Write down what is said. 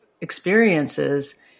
experiences